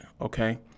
okay